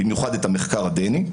במיוחד המחקר הדני,